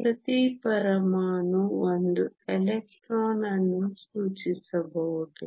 ಪ್ರತಿ ಪರಮಾಣು 1 ಎಲೆಕ್ಟ್ರಾನ್ ಅನ್ನು ಸೂಚಿಸಬಹುದು